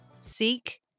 seek